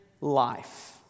life